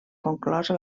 conclosa